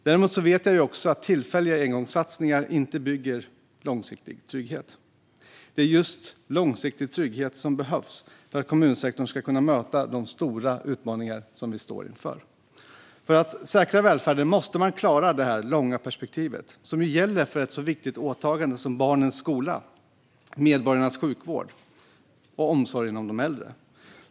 Däremot vet jag att tillfälliga engångssatsningar inte bygger långsiktig trygghet. Och det är just långsiktig trygghet som behövs för att kommunsektorn ska kunna möta de stora utmaningar som vi står inför. För att säkra välfärden måste man klara av det långa perspektiv som gäller för ett så viktigt åtagande som barnens skola, medborgarnas sjukvård och omsorgen om de äldre.